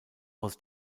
aus